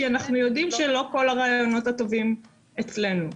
כי אנחנו יודעים שלא כל הרעיונות הטובים אצלנו.